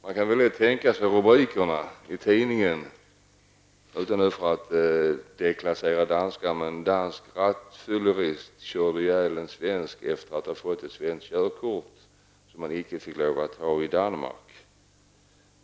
Man kan dock lätt tänka sig tidningsrubrikerna, utan att deklassera danskarna, om en dansk rattfyllerist kör ihjäl en svensk efter att ha fått ett svenskt körkort, som han inte skulle få lov att ha i Danmark.